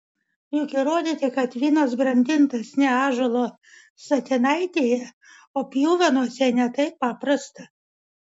juk įrodyti kad vynas brandintas ne ąžuolo statinaitėje o pjuvenose ne taip paprasta